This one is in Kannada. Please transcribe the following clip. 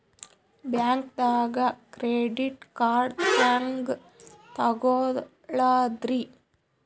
ಬ್ಯಾಂಕ್ದಾಗ ಕ್ರೆಡಿಟ್ ಕಾರ್ಡ್ ಹೆಂಗ್ ತಗೊಳದ್ರಿ?